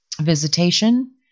Visitation